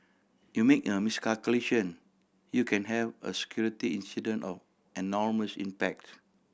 you make a miscalculation you can have a security incident of enormous impacts